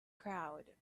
crowd